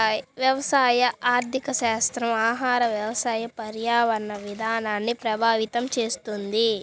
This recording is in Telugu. వ్యవసాయ ఆర్థికశాస్త్రం ఆహార, వ్యవసాయ, పర్యావరణ విధానాల్ని ప్రభావితం చేస్తుంది